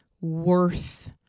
worth